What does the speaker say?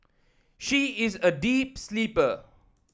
she is a deep sleeper